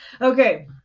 Okay